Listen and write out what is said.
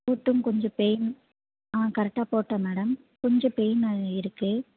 போட்டும் கொஞ்சம் பெயின் ஆ கரெக்டாக போட்டேன் மேடம் கொஞ்சம் பெயின் இருக்குது